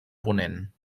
ponent